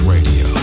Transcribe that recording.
Radio